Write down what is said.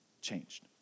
changed